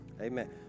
Amen